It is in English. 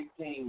18